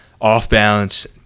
off-balance